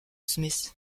smith